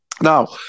Now